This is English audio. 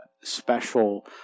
special